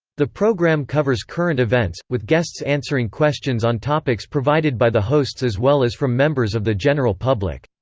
the program covers current events, with guests answering questions on topics provided by the hosts as well as from members of the general public.